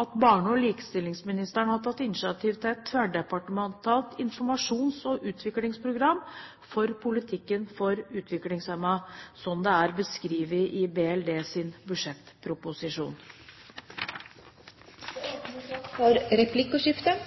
at barne- og likestillingsministeren har tatt initiativ til et tverrdepartementalt informasjons- og utviklingsprogram for politikken for utviklingshemmede, slik det er beskrevet i Barne- og likestillingsdepartementets budsjettproposisjon. Det blir replikkordskifte.